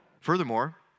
Furthermore